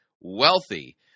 wealthy